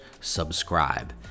subscribe